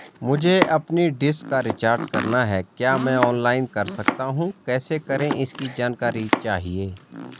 मुझे अपनी डिश का रिचार्ज करना है क्या मैं ऑनलाइन कर सकता हूँ कैसे करें इसकी जानकारी चाहिए?